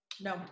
No